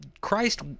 Christ